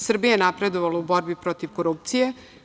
Srbija je napredovala u borbi protiv korupcije.